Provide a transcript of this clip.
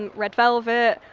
and red velvet,